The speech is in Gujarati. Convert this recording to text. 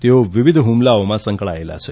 તેઓ વિવિધ હુમલાઓમાં સંકળાયેલા છે